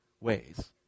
ways